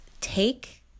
take